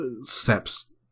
steps